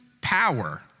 power